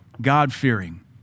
God-fearing